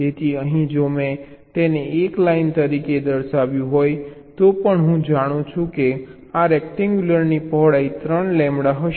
તેથી અહીં જો મેં તેને એક લાઈન તરીકે દર્શાવ્યું હોય તો પણ હું જાણું છું કે આ રેક્ટેન્ગ્યુલરની પહોળાઈ 3 લેમ્બડા હશે